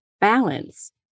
balance